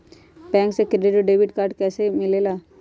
Bank से credit और debit card कैसी मिलेला?